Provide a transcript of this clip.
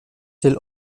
till